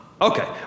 okay